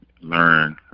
learn